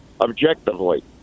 objectively